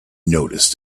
noticed